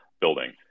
building